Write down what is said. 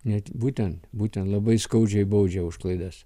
net būtent būtent labai skaudžiai baudžia už klaidas